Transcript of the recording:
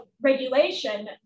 regulation